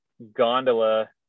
gondola